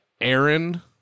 Aaron